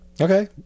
okay